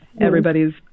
everybody's